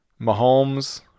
Mahomes